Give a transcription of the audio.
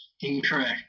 incorrect